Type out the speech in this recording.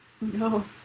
No